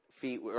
feet